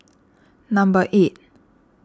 number eight